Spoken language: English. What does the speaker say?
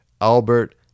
Albert